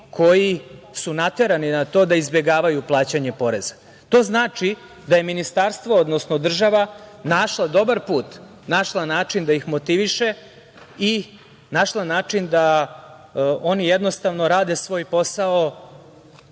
koji su naterani na to da izbegavaju plaćanje poreza. To znači da je ministarstvo, odnosno država našla dobar put, našla način da ih motiviše i našla način da oni jednostavno rade svoj posao